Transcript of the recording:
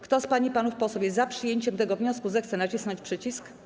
Kto z pań i panów posłów jest za przyjęciem tego wniosku, zechce nacisnąć przycisk.